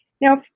Now